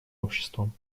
обществом